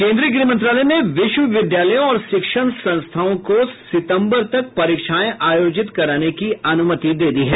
केन्द्रीय गृह मंत्रालय ने विश्वविद्यालयों और शिक्षण संस्थाओं को सितम्बर तक परीक्षाएं आयोजित करने की अनुमति दे दी है